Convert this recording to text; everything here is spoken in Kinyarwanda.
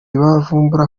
bavumbura